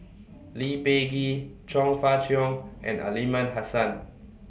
Lee Peh Gee Chong Fah Cheong and Aliman Hassan